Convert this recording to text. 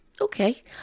okay